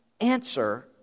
answer